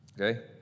okay